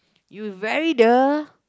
you very the